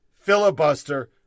filibuster